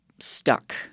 stuck